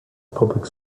public